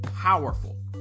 powerful